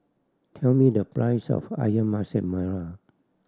tell me the price of Ayam Masak Merah